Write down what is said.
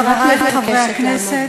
חברי חברי הכנסת,